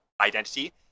identity